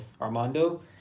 Armando